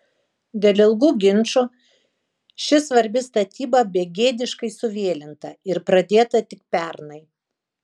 dėl ilgų ginčų ši svarbi statyba begėdiškai suvėlinta ir pradėta tik pernai